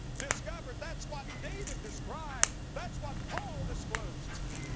discovered, that's what david described, that's what paul discloses,